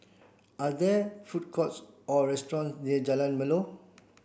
are there food courts or restaurant near Jalan Melor